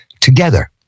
together